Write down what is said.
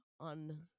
on